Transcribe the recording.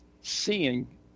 seeing